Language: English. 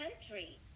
country